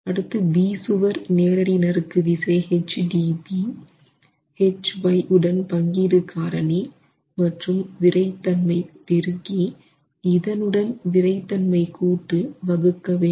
அடுத்து B சுவர் நேரடி நறுக்கு விசை H DB Hy உடன் பங்கீடு காரணி மற்றும் விறைத்தன்மை பெருக்கி இதனுடன் விறைத்தன்மை கூட்டு வகுக்க வேண்டும்